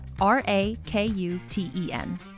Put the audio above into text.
R-A-K-U-T-E-N